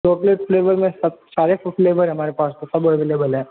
chocolate flavour में सब सारे फ्लेवर हैं हमारे पास तो सब अवलेबल हैं